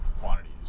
quantities